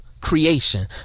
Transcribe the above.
creation